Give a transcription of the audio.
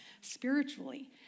spiritually